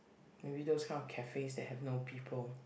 maybe those kind of cafe that have no people